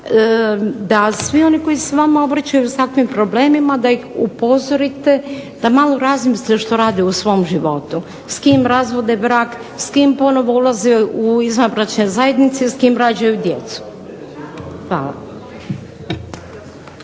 da svi oni koji se vama obraćaju s takvim problemima, da ih upozorite da malo razmisle što rade u svom životu, s kim razvode brak, s kim ponovo ulaze u izvanbračne zajednice, s kim rađaju djecu. Hvala.